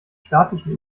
statischen